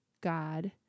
God